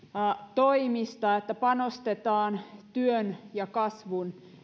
toimista että panostetaan työn ja kasvun